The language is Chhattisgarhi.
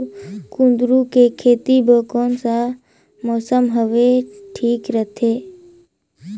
कुंदूरु के खेती बर कौन सा मौसम हवे ठीक रथे?